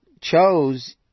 chose